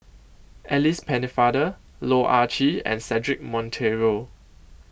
Alice Pennefather Loh Ah Chee and Cedric Monteiro